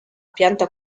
pianta